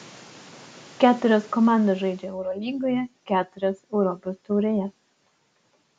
keturios komandos žaidžia eurolygoje keturios europos taurėje